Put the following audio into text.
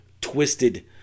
Twisted